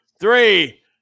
three